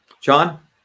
John